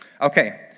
Okay